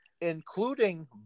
including